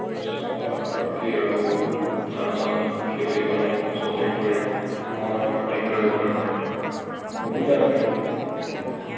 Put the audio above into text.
তাৰপিছত আৰু কি আৰু ধান চান খেতি বাতি কৰাৰ টাইমতো আচলতে ট্ৰেক্টৰে মৰণা মৰাৰ ট্ৰেক্টৰে ব্যৱহাৰ কৰে বহুতেই আপগ্ৰেট হ'ল